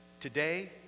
Today